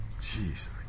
Jeez